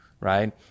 right